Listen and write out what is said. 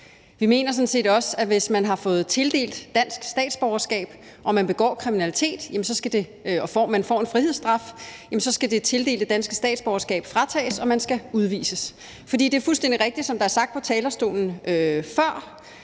Vi mener sådan set også, at hvis man har fået tildelt dansk statsborgerskab og man begår kriminalitet og får en frihedsstraf, så skal det tildelte danske statsborgerskab fratages, og man skal udvises. For det er fuldstændig rigtigt, som det er blevet sagt på talerstolen